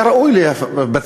היה ראוי לבצע,